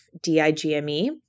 DIGME